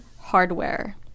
hardware